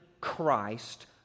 Christ